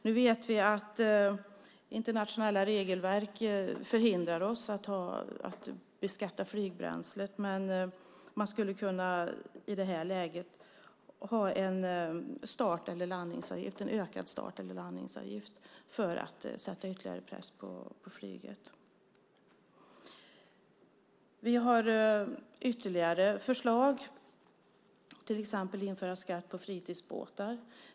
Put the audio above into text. Vi vet att internationella regelverk hindrar oss från att beskatta flygbränslet, men i det här läget skulle man kunna ha en högre start eller landningsavgift för att sätta ytterligare press på flyget. Vi har ytterligare förslag, till exempel att införa skatt på fritidsbåtar.